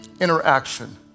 interaction